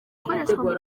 ukoreshwa